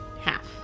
half